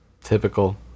typical